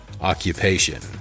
Occupation